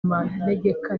manegeka